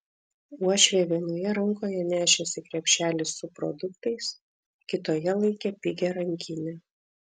uošvė vienoje rankoje nešėsi krepšelį su produktais kitoje laikė pigią rankinę